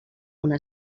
una